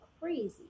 crazy